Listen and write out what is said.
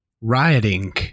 rioting